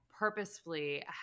purposefully